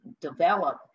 develop